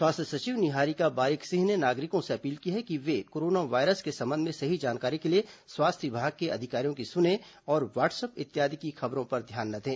स्वास्थ्य सचिव निहारिका बारिक सिंह ने नागरिकों से अपील की है कि वे कोरोना वायरस के संबंध में सही जानकारी के लिए स्वास्थ्य विभाग के अधिकारियों की सुने और व्हाट्सअप इत्यादि की खबरों पर ध्यान न दें